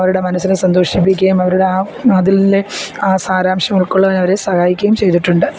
അവരുടെ മനസ്സിനെ സന്തോഷിപ്പിക്കുകയും അവരുടെ ആ അതിലിലെ ആ സാരാംശം ഉള്ക്കൊള്ളുന്നതിന് അവരെ സഹായിക്കുകയും ചെയ്തിട്ടുണ്ട്